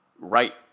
right